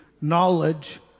knowledge